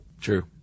true